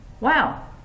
wow